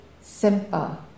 simple